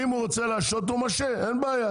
אם הוא רוצה הוא להשהות הוא משהה, אין בעיה.